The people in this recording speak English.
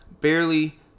barely